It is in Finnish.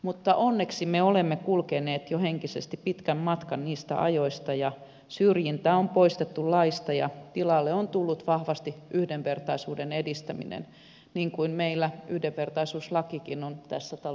mutta onneksi me olemme kulkeneet jo henkisesti pitkän matkan niistä ajoista ja syrjintä on poistettu laista ja tilalle on tullut vahvasti yhdenvertaisuuden edistäminen niin kuin meillä yhdenvertaisuuslakikin on tässä talossa käsiteltävänä